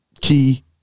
Key